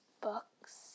books